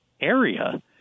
area